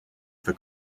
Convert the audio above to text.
for